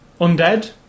undead